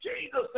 Jesus